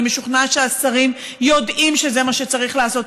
אני משוכנעת שהשרים יודעים שזה מה שצריך לעשות,